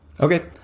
Okay